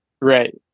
right